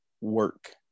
work